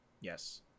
Yes